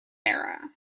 era